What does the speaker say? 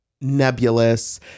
nebulous